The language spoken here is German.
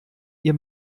ihr